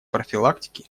профилактики